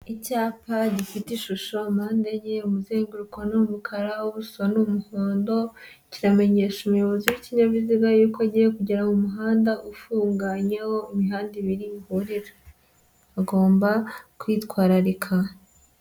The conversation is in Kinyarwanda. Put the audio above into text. Icyapa gifite ishusho, mpande enye, umuzenguruko ni umukara, ubuso ni umuhondo, kiramenyesha umuyobozi w'ikinyabiziga yuko uko agiye kugera mu muhanda ufunganye aho imihanda ibiri ihurira, agomba kwitwararika.